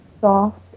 soft